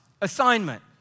assignment